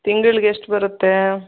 ತಿಂಗ್ಳಿಗೆ ಎಷ್ಟು ಬರುತ್ತೆ